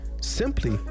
Simply